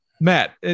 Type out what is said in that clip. Matt